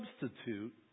substitute